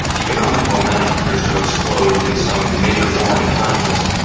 economic momentum appears to have slowed in some major foreign economies,